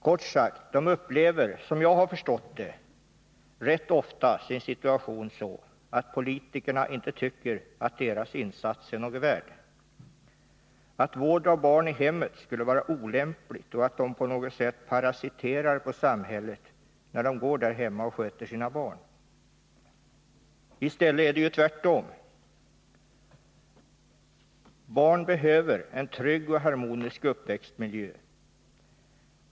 Kort sagt: De upplever, som jag har förstått det, rätt ofta sin situation så att politikerna inte tycker att deras insats är något värd, att vård av barn i hemmet skulle vara olämpligt och att de på något sätt parasiterar på samhället när de går där hemma och sköter sina barn. I stället är det ju tvärtom! Barn behöver en trygg och harmonisk uppväxtmiljö.